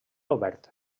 obert